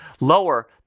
lower